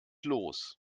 los